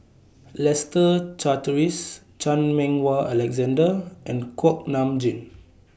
Leslie Charteris Chan Meng Wah Alexander and Kuak Nam Jin